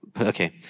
Okay